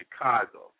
Chicago